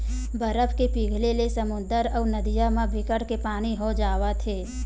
बरफ के पिघले ले समुद्दर अउ नदिया म बिकट के पानी हो जावत हे